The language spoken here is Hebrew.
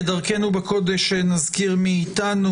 כדרכנו בקודש נזכיר מי איתנו.